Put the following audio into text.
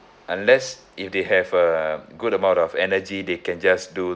unless if they have a good amount of energy they can just do